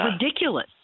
ridiculous